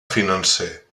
financer